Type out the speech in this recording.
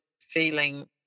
feeling